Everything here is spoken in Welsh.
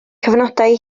cyfnodau